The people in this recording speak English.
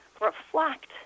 reflect